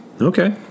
Okay